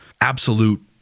absolute